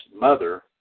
mother